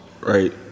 right